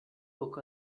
book